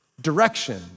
direction